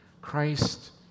Christ